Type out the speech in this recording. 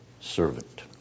servant